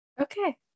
Okay